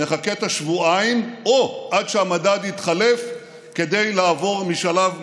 נחכה את השבועיים או עד שהמדד יתחלף כדי לעבור משלב לשלב.